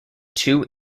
two